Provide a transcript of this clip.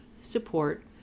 support